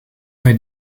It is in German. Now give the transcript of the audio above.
bei